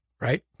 right